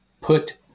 put